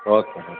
okay madam